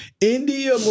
India